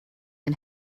ein